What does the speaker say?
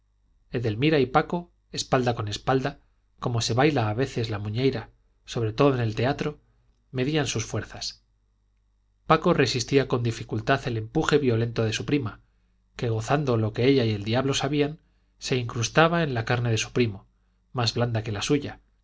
edelmira y paco espalda con espalda como se baila a veces la muñeira sobre todo en el teatro medían sus fuerzas paco resistía con dificultad el empuje violento de su prima que gozando lo que ella y el diablo sabían se incrustaba en la carne de su primo más blanda que la suya